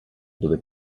dove